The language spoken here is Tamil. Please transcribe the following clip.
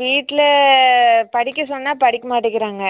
வீட்டில் படிக்க சொன்னால் படிக்க மாட்டேங்கிறாங்க